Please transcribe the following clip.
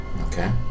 Okay